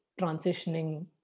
transitioning